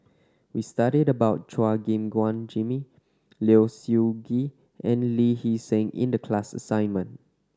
we studied about Chua Gim Guan Jimmy Low Siew Nghee and Lee Hee Seng in the class assignment